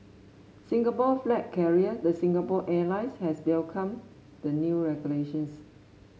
Singapore flag carrier the Singapore Airlines has welcomed the new regulations